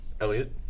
Elliot